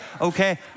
okay